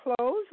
close